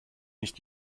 nicht